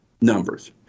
numbers